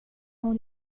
hon